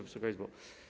Wysoka Izbo!